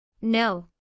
No